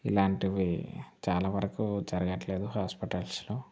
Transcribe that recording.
ఇలాంటివి చాలా వరకు జరగట్లేదు హాస్పిటల్స్లో